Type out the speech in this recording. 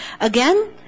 Again